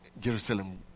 Jerusalem